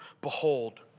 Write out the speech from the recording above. behold